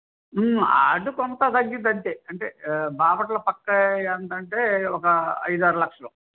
అది కొంత తగ్గుద్ది అంతే అంటే బాపట్ల పక్క ఏంత అంటే ఒక ఐదు ఆరు లక్షలు